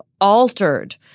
altered